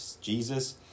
Jesus